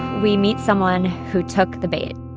we meet someone who took the bait